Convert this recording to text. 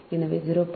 எனவே 0